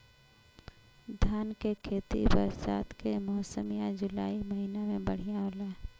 धान के खेती बरसात के मौसम या जुलाई महीना में बढ़ियां होला?